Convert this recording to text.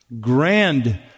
grand